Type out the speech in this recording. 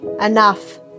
Enough